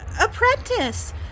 Apprentice